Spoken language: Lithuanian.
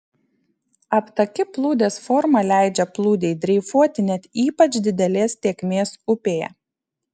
aptaki plūdės forma leidžia plūdei dreifuoti net ypač didelės tėkmės upėje